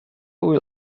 will